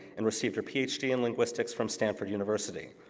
and received her ph d. in linguistics from stanford university.